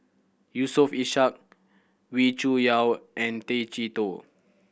Yusof Ishak Wee Cho Yaw and Tay Chee Toh